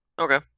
Okay